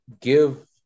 give